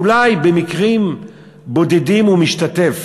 אולי במקרים בודדים הוא משתתף,